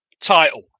title